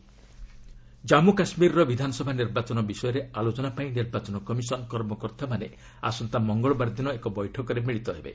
EC JK Jammu କାଶ୍ରୀରର ବିଧାନସଭା ନିର୍ବାଚନ ବିଷୟରେ ଆଲୋଚନା ପାଇଁ ନିର୍ବାଚନ କମିଶନ୍ କର୍ମକର୍ତ୍ତାମାନେ ଆସନ୍ତା ମଙ୍ଗଳବାର ଦିନ ଏକ ବୈଠକରେ ମିଳିତ ହେବେ